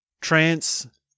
Trance